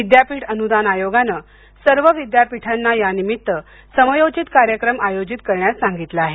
विद्यापीठ अनुदान आयोगानं सर्व विद्यापीठांना यानिमित्त समयोचित कार्यक्रम आय़ोजित करण्यास सांगितलं आहे